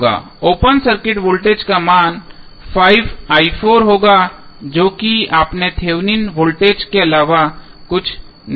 open circuited voltage का मान होगा जो कि आपके थेवेनिन वोल्टेज के अलावा कुछ नहीं है